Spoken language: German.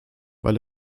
weil